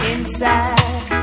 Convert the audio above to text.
Inside